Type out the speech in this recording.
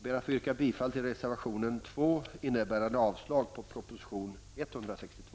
Jag yrkar bifall till reservation 2 innebärande avslag på proposition 162.